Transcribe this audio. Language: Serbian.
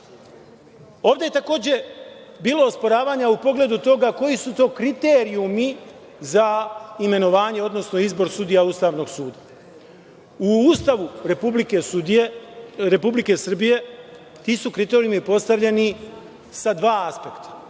je takođe bilo osporavanja u pogledu toga koji su to kriterijumi za imenovanje, odnosno izbor sudija Ustavnog suda. U Ustavu Republike Srbije ti su kriterijumi postavljeni sa dva aspekta.